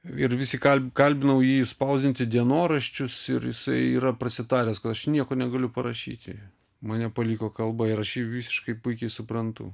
ir vis jį ka kalbinau kalbinau jį spausdinti dienoraščius ir jisai yra prasitaręs kad aš nieko negaliu parašyti mane paliko kalba ir aš jį visiškai puikiai suprantu